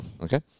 Okay